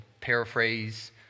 paraphrase